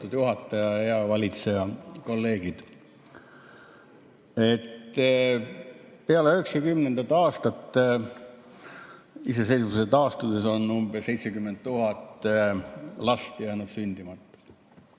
juhataja! Hea valitseja! Kolleegid! Peale 1990. aastaid, iseseisvuse taastudes on umbes 70 000 last jäänud sündimata.